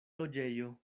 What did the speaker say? loĝejo